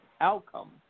outcomes